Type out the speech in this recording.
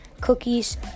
cookies